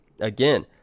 Again